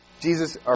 Jesus